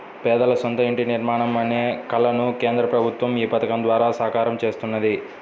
పేదల సొంత ఇంటి నిర్మాణం అనే కలను కేంద్ర ప్రభుత్వం ఈ పథకం ద్వారా సాకారం చేస్తున్నది